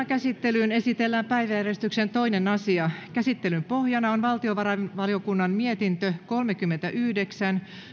käsittelyyn esitellään päiväjärjestyksen toinen asia käsittelyn pohjana on valtiovarainvaliokunnan mietintö kolmekymmentäyhdeksän